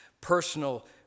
personal